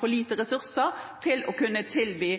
for lite ressurser til å kunne tilby